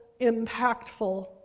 impactful